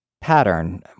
pattern